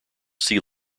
sea